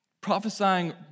Prophesying